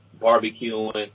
barbecuing